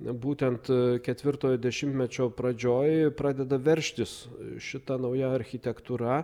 būtent ketvirtojo dešimtmečio pradžioj pradeda veržtis šita nauja architektūra